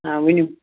آ ؤنِو